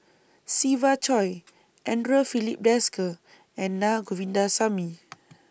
Siva Choy Andre Filipe Desker and Na Govindasamy